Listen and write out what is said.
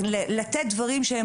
זה רק ייצר את המדרג שדיברו עליו כאן